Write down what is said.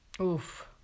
Oof